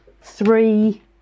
three